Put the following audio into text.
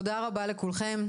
תודה רבה לכולכם.